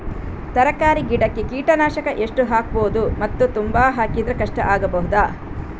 ತರಕಾರಿ ಗಿಡಕ್ಕೆ ಕೀಟನಾಶಕ ಎಷ್ಟು ಹಾಕ್ಬೋದು ಮತ್ತು ತುಂಬಾ ಹಾಕಿದ್ರೆ ಕಷ್ಟ ಆಗಬಹುದ?